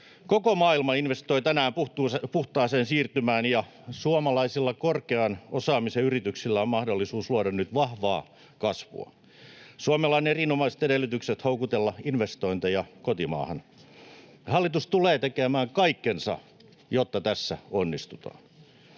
Koko maailma investoi tänään puhtaaseen siirtymään, ja suomalaisilla korkean osaamisen yrityksillä on mahdollisuus luoda nyt vahvaa kasvua. Suomella on erinomaiset edellytykset houkutella investointeja kotimaahan. Hallitus tulee tekemään kaikkensa, jotta tässä onnistutaan.